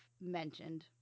mentioned